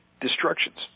destructions